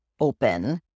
open